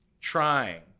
trying